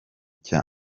cya